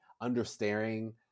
understanding